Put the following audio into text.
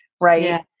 Right